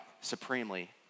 supremely